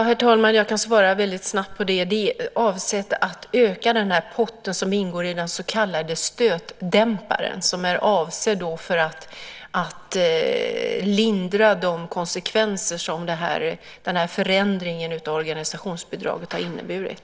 Herr talman! Jag kan svara mycket kortfattat. De är avsedda att öka den pott som ingår i den så kallade stötdämparen som är avsedd att lindra de konsekvenser som förändringen av organisationsbidraget har inneburit.